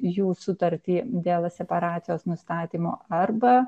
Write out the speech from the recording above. jų sutartį dėl separacijos nustatymo arba